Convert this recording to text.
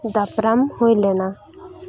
ᱫᱟᱯᱨᱟᱢ ᱦᱩᱭᱞᱮᱱᱟ